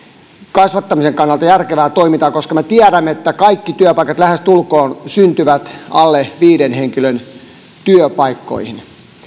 kasvattamisen kannalta järkevää toimintaa koska me tiedämme että lähestulkoon kaikki työpaikat syntyvät alle viiden henkilön työpaikkoihin